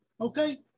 Okay